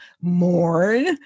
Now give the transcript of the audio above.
mourn